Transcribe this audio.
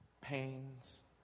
pains